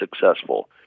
successful